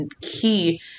key